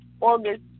August